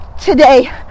today